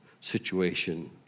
situation